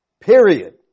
Period